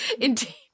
Indeed